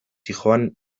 zihoan